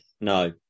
No